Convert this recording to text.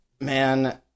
man